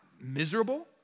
miserable